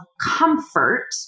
comfort